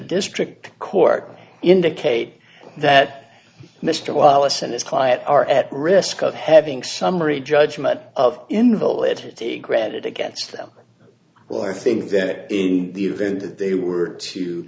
district court indicate that mr wallace and his client are at risk of having summary judgment of invalidity granted against them well i think that in the event that they were to